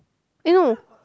eh no